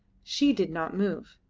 she did not move.